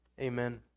Amen